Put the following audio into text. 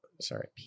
sorry